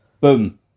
boom